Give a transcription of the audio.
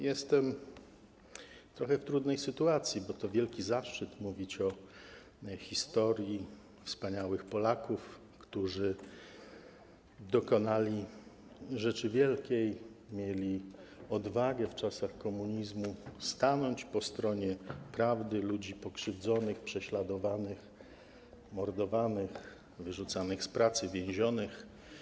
Jestem w trudnej sytuacji, bo to wielki zaszczyt mówić o historii wspaniałych Polaków, którzy dokonali rzeczy wielkiej, mieli odwagę w czasach komunizmu stanąć po stronie prawdy, ludzi pokrzywdzonych, prześladowanych, mordowanych, wyrzucanych z pracy, więzionych.